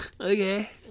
Okay